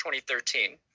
2013